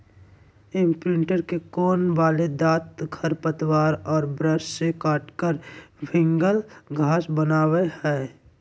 imprinter के कोण वाले दांत खरपतवार और ब्रश से काटकर भिन्गल घास बनावैय हइ